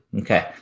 Okay